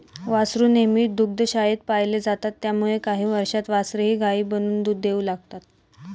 वासरू नेहमी दुग्धशाळेत पाळले जातात त्यामुळे काही वर्षांत वासरेही गायी बनून दूध देऊ लागतात